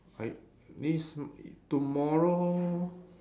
I means tomorrow